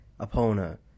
opponent